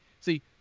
see